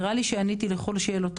נראה ליש עניתי לכל השאלות,